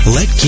Let